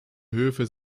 höfe